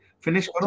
Finish